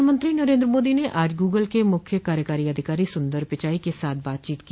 प्रधानमंत्री नरेंद्र मोदी ने आज गूगल के मुख्य कार्यकारी अधिकारी सुंदर पिचाई के साथ बातचीत की